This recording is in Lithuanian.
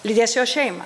lydės jo šeimą